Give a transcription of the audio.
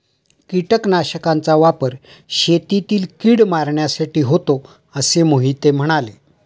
कीटकनाशकांचा वापर शेतातील कीड मारण्यासाठी होतो असे मोहिते म्हणाले